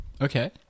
Okay